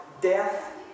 death